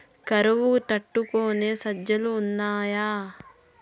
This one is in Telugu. కరువు తట్టుకునే సజ్జలు ఉన్నాయా